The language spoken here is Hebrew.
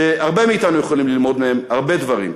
והרבה מאתנו יכולים ללמוד מהם הרבה דברים.